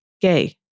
gay